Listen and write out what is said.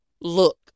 look